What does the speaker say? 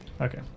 Okay